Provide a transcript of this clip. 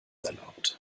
erlaubt